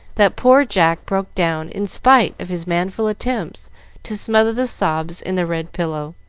that poor jack broke down in spite of his manful attempts to smother the sobs in the red pillow.